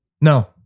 No